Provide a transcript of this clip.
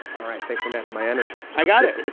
all right thanks for match my energy. i got it.